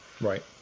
right